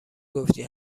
گفتی